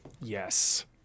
Yes